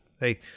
hey